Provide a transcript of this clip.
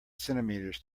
centimeters